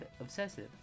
obsessive